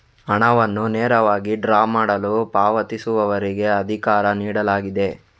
ಹಣವನ್ನು ನೇರವಾಗಿ ಡ್ರಾ ಮಾಡಲು ಪಾವತಿಸುವವರಿಗೆ ಅಧಿಕಾರ ನೀಡಲಾಗಿದೆ